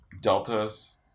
Deltas